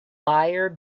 buyer